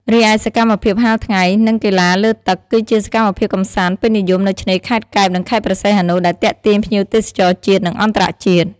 រីឯសកម្មភាពហាលថ្ងៃ និង កីឡាលើទឹក គឺជាសកម្មភាពកម្សាន្តពេញនិយមនៅឆ្នេរខេត្តកែប និងខេត្តព្រះសីហនុ ដែលទាក់ទាញភ្ញៀវទេសចរជាតិ និងអន្តរជាតិ។